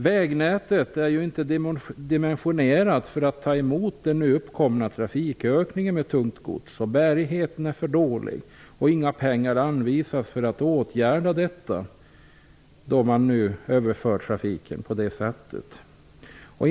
Vägnätet är inte dimensionerat för att ta emot den uppkomna trafikökningen av tungt gods. Bärigheten är för dålig. Inga pengar har anvisats för att åtgärda detta, när trafiken nu överförs.